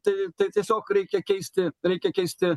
tai tai tiesiog reikia keisti reikia keisti